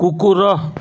କୁକୁର